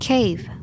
Cave